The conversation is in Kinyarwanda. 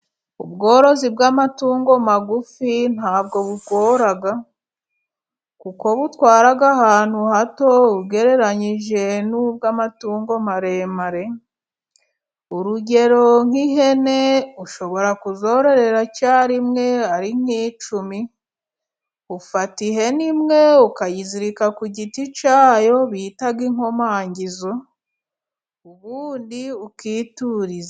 Ubworozi bw'amatungo magufi ntabwo bugora, kuko butwara ahantu hato ugereranyije n'ubw'amatungo maremare ,urugero nk'ihene ushobora kuzororera icyari rimwe ari nk'icumi ,ufata ihene imwe ukayizirika ku giti cyayo bita inkomangizo, ubundi ukituriza.